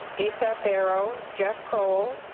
esa barrow, jeff cole,